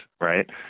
right